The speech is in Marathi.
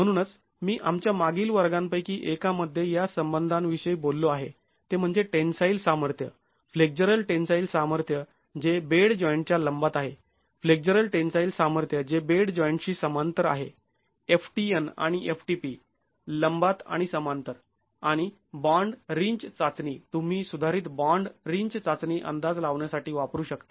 म्हणूनच मी आमच्या मागील वर्गापैकी एकामध्ये या संबंधा विषयी बोललो आहे ते म्हणजे टेन्साईल सामर्थ्य फ्लेक्झरल टेन्साईल सामर्थ्य जे बेड जॉईंटच्या लंबात आहे फ्लेक्झरल टेन्साईल सामर्थ्य जे बेड जॉईंटशी समांतर आहे ftn आणि ftp लंबात आणि समांतर आणि बॉंड रींच चाचणी तुम्ही सुधारित बॉंड रींच चाचणी अंदाज लावण्यासाठी वापरू शकता